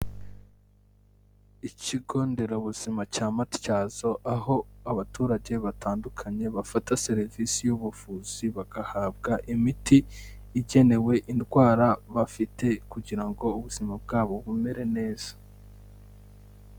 Ikigo nderabuzima cya Matyazo aho abaturage batandukanye bafata serivisi y'ubuvuzi, bagahabwa imiti igenewe indwara bafite kugira ngo ubuzima bwabo bumere neza.